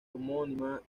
homónima